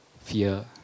fear